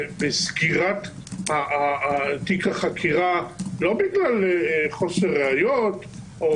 וסגירת תיק החקירה לא בגלל חוסר ראיות או